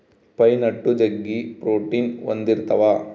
pine nut ಜಗ್ಗಿ protein ಹೊಂದಿರ್ತವ